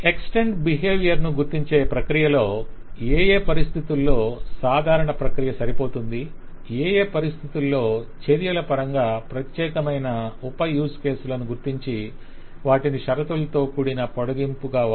extend behaviour ను గుర్తించే ప్రక్రియలో ఏయే పరిస్థితుల్లో సాధారణ ప్రక్రియ సరిపోతుంది ఏయే పరిస్థితుల్లో చర్యల పరంగా ప్రత్యేకమైన ఉప యూస్ కేసులను గుర్తించి వాటిని షరతులతో కూడిన పొడుగింపుగా వాడాలో